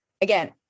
again